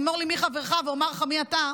אמור לי מי חברך ואומר לך מי אתה,